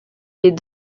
les